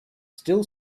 still